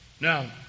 Now